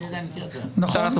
נכון?